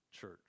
church